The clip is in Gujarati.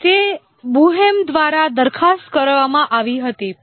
તે બોહેમ દ્વારા દરખાસ્ત કરવામાં આવી હતી